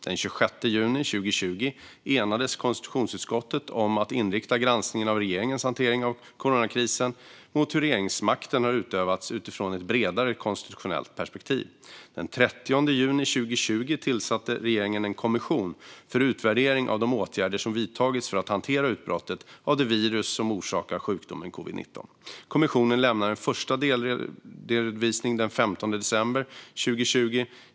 Den 26 juni 2020 enades konstitutionsutskottet om att inrikta granskningen av regeringens hantering av coronakrisen mot hur regeringsmakten har utövats utifrån ett bredare konstitutionellt perspektiv. Den 30 juni 2020 tillsatte regeringen en kommission för utvärdering av de åtgärder som vidtagits för att hantera utbrottet av det virus som orsakar sjukdomen covid-19. Kommissionen lämnar en första delredovisning den 15 december 2020.